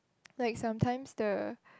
like sometimes the